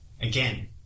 again